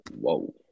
Whoa